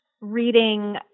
reading